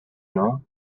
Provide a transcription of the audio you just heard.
know